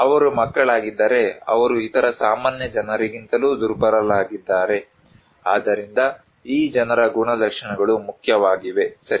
ಅವರು ಮಕ್ಕಳಾಗಿದ್ದರೆ ಅವರು ಇತರ ಸಾಮಾನ್ಯ ಜನರಿಗಿಂತಲೂ ದುರ್ಬಲರಾಗಿದ್ದಾರೆ ಆದ್ದರಿಂದ ಈ ಜನರ ಗುಣಲಕ್ಷಣಗಳು ಮುಖ್ಯವಾಗಿವೆ ಸರಿ